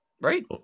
right